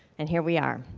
and here we are.